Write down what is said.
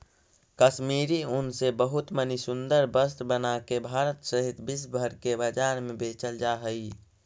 कश्मीरी ऊन से बहुत मणि सुन्दर वस्त्र बनाके भारत सहित विश्व भर के बाजार में बेचल जा हई